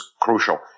crucial